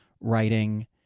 writing